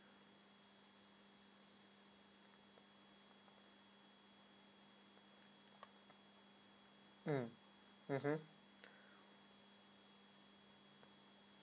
mm mmhmm